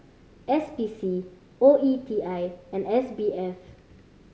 S P C O E T I and S B F